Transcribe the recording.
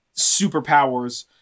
superpowers